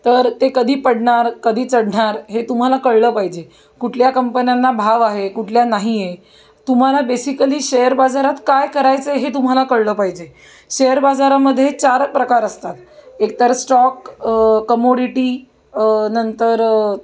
तर ते कधी पडणार कधी चढणार हे तुम्हाला कळलं पाहिजे कुठल्या कंपन्यांना भाव आहे कुठल्या नाही आहे तुम्हाला बेसिकली शेअर बाजारात काय करायचं आहे हे तुम्हाला कळलं पाहिजे शेअर बाजारामध्ये चार प्रकार असतात एकतर स्टॉक कमोडिटी नंतर